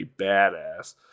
badass